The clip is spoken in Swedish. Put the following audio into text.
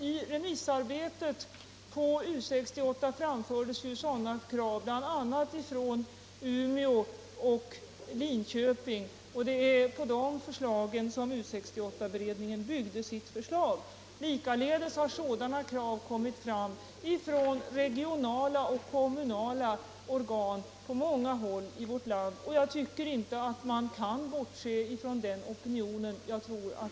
I remissarbetet på U 68 framfördes dylika krav, bl.a. från Umeå och Linköping. På dessa förslag byggde U 68-beredningen sitt förslag. Likaledes har sådana krav kommit från regionala och kommunala organ på många håll i vårt land. Jag tycker att man inte kan bortse från den opinionen.